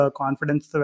confidence